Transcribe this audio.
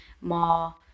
more